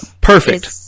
Perfect